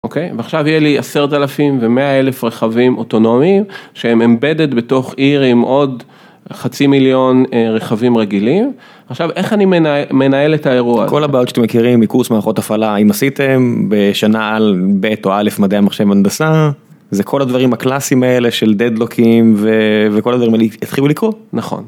אוקיי? ועכשיו יהיה לי עשרת אלפים ומאה אלף רכבים אוטונומיים שהם אמבדד בתוך עיר עם עוד חצי מיליון רכבים רגילים, עכשיו איך אני מנהל את האירוע? כל הבעיות שאתם מכירים מקורס מערכות הפעלה אם עשיתם בשנה ב' או א' מדעי המחשב מנדסה. זה כל הדברים הקלאסיים האלה של דדלוקים וכל הדברים האלה יתחילו לקרות. נכון.